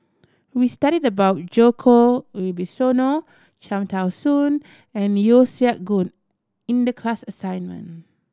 we studied about Djoko Wibisono Cham Tao Soon and Yeo Siak Goon in the class assignment